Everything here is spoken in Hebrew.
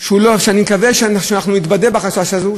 ואני מקווה שאנחנו נתבדה בחשש הזה,